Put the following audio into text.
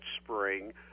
spring